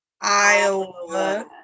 iowa